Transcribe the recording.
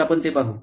तर आपण ते पाहू